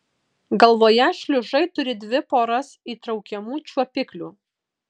galvoje šliužai turi dvi poras įtraukiamų čiuopiklių